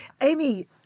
Amy